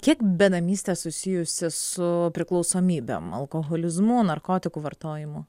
kiek benamystė susijusi su priklausomybe alkoholizmu narkotikų vartojimu